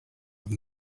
have